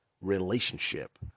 relationship